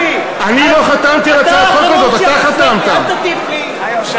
תסלח לי, אל תטיף לי.